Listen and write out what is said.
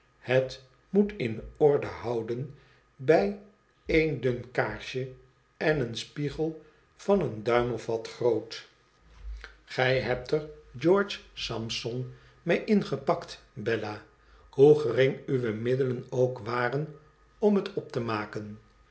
het moet in orde houden bij één dun kaarsje en een spiegel van een duim of wat groot gij hebt er george sampson mee ingepakt bella hoe gering uwe middelen ook waren om het op te maken